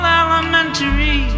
elementary